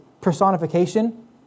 personification